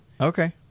Okay